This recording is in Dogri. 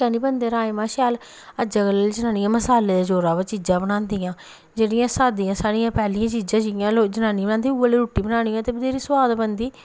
की निं बनदे राजमांह् शैल अज्जै कल्ले दियां जनानियां मसाल्लै दे जोरें पर सब्जी बनांदियां जेह्ड़ियां साद्दियां साढ़ियां पैह्लियां चीजां जि'यां जनानियां बनांदियां उ'ऐ जेही रुट्टी बनानी होऐ ते बत्हेरी सोआद बनदी